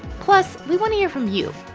plus, we want to hear from you.